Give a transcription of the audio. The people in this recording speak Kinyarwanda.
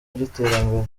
by’iterambere